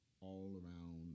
all-around